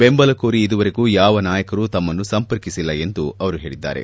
ಬೆಂಬಲ ಕೋರಿ ಇದುವರೆಗೂ ಯಾವ ನಾಯಕರೂ ತಮ್ಮನ್ನು ಸಂಪರ್ಕಿಸಿಲ್ಲ ಎಂದು ಅವರು ಹೇಳಿದ್ದಾರೆ